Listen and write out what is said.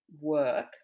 work